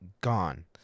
gone